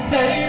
Say